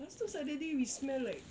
lepas tu suddenly we smell like